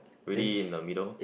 really in the middle